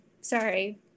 sorry